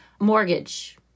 mortgage